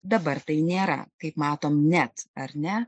dabar tai nėra kaip matome net ar ne